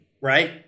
right